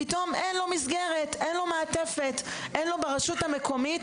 אז פתאום אין לו מסגרת ואין לו מעטפת ברשות המקומית.